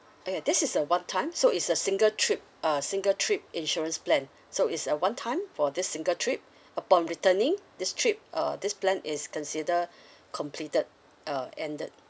oh ya this is a one time so it's a single trip ah single trip insurance plan so it's a one time for this single trip upon returning this trip uh this plan is considered completed uh ended